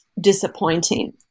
disappointing